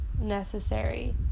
necessary